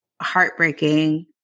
heartbreaking